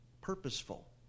purposeful